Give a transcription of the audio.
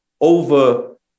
over